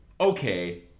okay